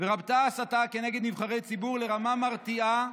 ורבתה ההסתה כנגד נבחרי ציבור לרמה מרתיעה,